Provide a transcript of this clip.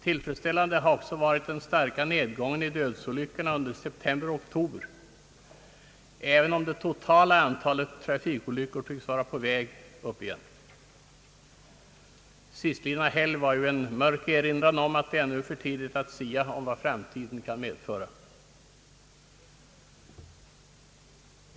Tillfredsställande har också varit den starka nedgången av dödsolyckorna under september och oktober, även om det totala antalet trafikolyckor tycks vara på väg upp igen. Sistlidna helg var ju en mörk erinran om att det ännu är för tidigt att sia om vad framtiden kan medföra.